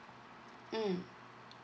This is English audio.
mm